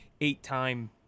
eight-time